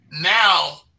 now